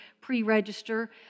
pre-register